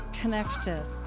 connected